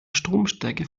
stromstärke